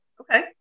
Okay